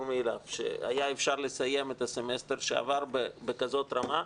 מאליו שהיה אפשר לסיים את הסמסטר שעבר בכזאת רמה.